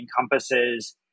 encompasses